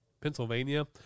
Pennsylvania